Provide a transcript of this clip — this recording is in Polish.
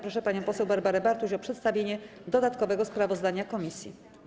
Proszę panią poseł Barbarę Bartuś o przedstawienie dodatkowego sprawozdania komisji.